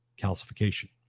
calcification